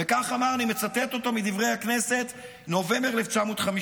וכך אמר, אני מצטט אותו מדברי הכנסת, נובמבר 1950: